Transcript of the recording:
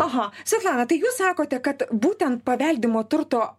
aha svetlana tai jūs sakote kad būtent paveldimo turto